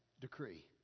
decree